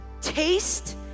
taste